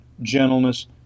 gentleness